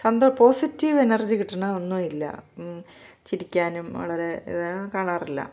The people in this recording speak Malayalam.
സന്ത പോസിറ്റീവ് എനർജി കിട്ടുന്ന ഒന്നുമില്ല ചിരിക്കാനും വളരെ കാണാറില്ല